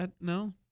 no